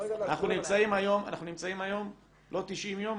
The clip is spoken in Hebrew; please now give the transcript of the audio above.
אנחנו נמצאים היום לא 90 יום,